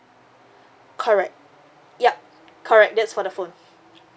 correct yup correct that's for the phone